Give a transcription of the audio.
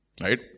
right